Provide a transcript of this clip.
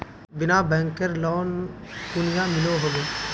बिना बैंकेर लोन कुनियाँ मिलोहो होबे?